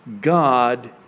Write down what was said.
God